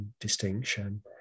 distinction